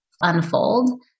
unfold